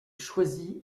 choisit